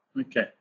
Okay